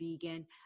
vegan